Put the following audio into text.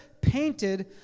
painted